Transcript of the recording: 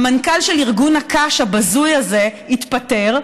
והמנכ"ל של ארגון הקש הבזוי הזה התפטר.